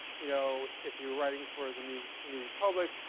you know if you're writing for the new new republic,